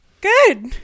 Good